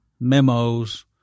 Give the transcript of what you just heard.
memos